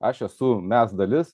aš esu mes dalis